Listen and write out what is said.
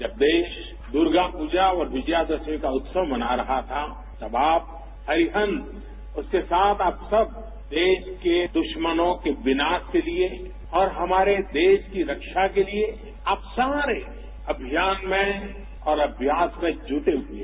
जब देश दुर्गा पूजा और विजय दशमी की जत्सव मना रहा था तब आप अरिहंत उसके साथ आप सब देश के दृश्मनों के विनाश के लिए और हमारे देश की रक्षा के लिए आप सारे अभियान में और अभ्यास में जूटे हुए थे